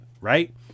right